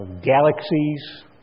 galaxies